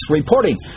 reporting